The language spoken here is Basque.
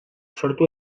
sortu